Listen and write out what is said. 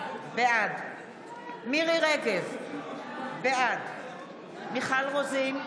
בעד מירי מרים רגב, בעד מיכל רוזין,